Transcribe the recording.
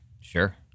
Sure